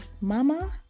Mama